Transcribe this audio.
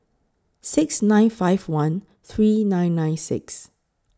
six nine five one three nine nine six